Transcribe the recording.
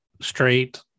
straight